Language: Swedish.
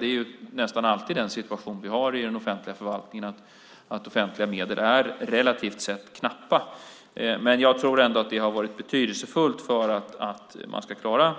Det är nästan alltid den situation vi har i den offentliga förvaltningen. Offentliga medel är relativt sett knappa. Men jag tror ändå att det har varit betydelsefullt för att man ska klara